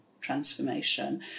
transformation